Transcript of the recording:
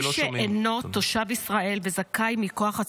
כי לא שומעים.